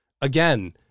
again